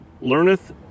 learneth